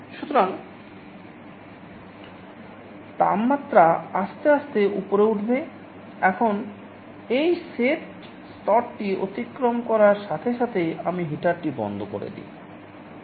সুতরাং তাপমাত্রা আস্তে আস্তে উপরে উঠবে এখন এই সেট স্তরটি অতিক্রম করার সাথে সাথেই আমি হিটারটি বন্ধ করে দিই